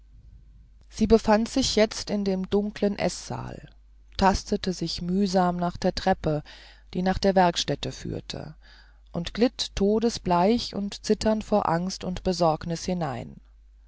sie befand sich jetzt in dem dunkeln eßsaal tastete sich mühsam nach der treppe die nach der werkstätte führte und glitt todtesbleich und zitternd vor angst und besorgniß hinein